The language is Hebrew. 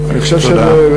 תודה.